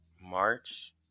march